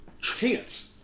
chance